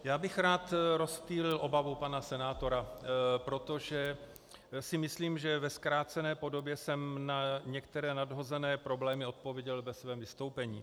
Já bych rád rozptýlil obavu pana senátora, protože si myslím, že ve zkrácené podobě jsem na některé nadhozené problémy odpověděl ve svém vystoupení.